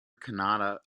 kannada